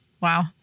Wow